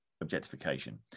objectification